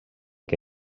que